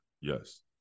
Yes